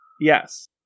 Yes